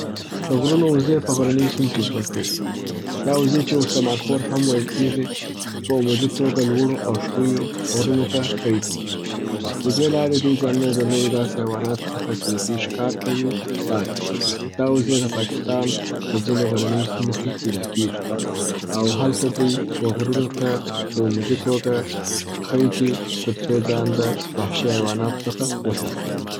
د غرونو وزې په غرنیو سیمو کې ژوند کوي. دا وزې چې ورته مارخور هم ویل کیږي په عمودي توګه لوړو او ښوي غرونو ته خیږي. د دې لارې دوي ځانونه د نورو داسي حیواناتو څخه چې د دې ښکار کوي ساتي. دا وزې د پاکستان په ځینو غرنیو سیمو کي پیدا کیږي او هلته دوي و غرونو ته په عمودي توګه خیجي تر څو ځان د وحشي حیواناتو څخه وساتي.